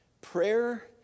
Prayer